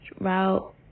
route